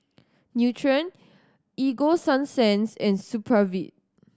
Nutren Ego Sunsense and Supravit